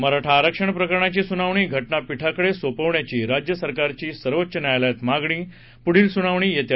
मराठा आरक्षण प्रकरणाची सुनावणी घटनापीठाकडे सोपवण्याची राज्यसरकारची सर्वोच्च न्यायालयात मागणी पुढील सुनावणी येत्या